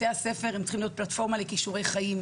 בתי הספר צריכים להיות פלטפורמה לכישורי חיים,